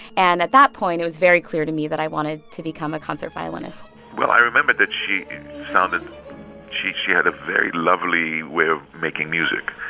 and at that point, it was very clear to me that i wanted to become a concert violinist well, i remembered that she sounded she she had a very lovely way of making music.